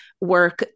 work